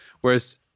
Whereas